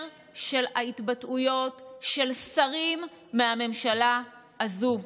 של ההתבטאויות של שרים מהממשלה הזו.